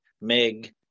MIG